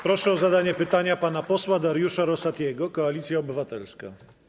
Proszę o zadanie pytania pana posła Dariusza Rosatiego, Koalicja Obywatelska.